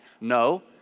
No